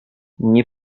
nie